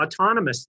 autonomously